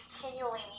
continually